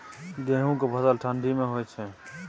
गेहूं के फसल ठंडी मे होय छै?